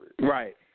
Right